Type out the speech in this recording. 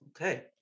Okay